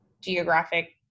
geographic